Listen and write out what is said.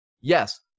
yes